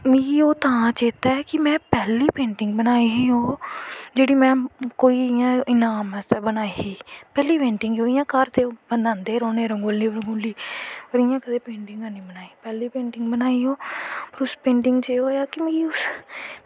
मिगी तां चेत्तै ओह् तां कि पैह्ला पेंटिंग बनाई ही ओह् जेह्ड़ी कोई में इयां इनाम आस्तै बनाई ही पैह्ली पेंटिंग इयां घर ते बनांदे गै रौह्नें आं रंगोली रंगोली और इयां कदें पेंटिंग पैह्ली पेंटिंग बनाई ही उस पेंटिंग च मिगी लग्गेआ कि